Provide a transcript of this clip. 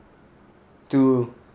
to